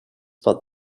but